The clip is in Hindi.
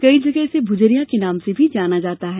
कई जगह इसे भुजरिया के नाम से भी जाना जाता है